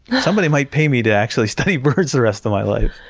somebody might pay me to actually study birds the rest of my life!